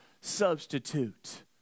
substitute